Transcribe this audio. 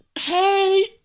Hey